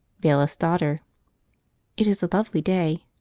bailiff's daughter it is a lovely day.